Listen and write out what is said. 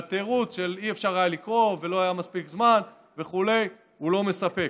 והתירוץ של "אי-אפשר היה לקרוא" ו"לא היה מספיק זמן" וכו' הוא לא מספק.